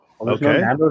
okay